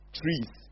trees